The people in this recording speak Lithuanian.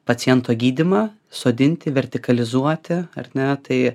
paciento gydymą sodinti vertikalizuoti ar ne tai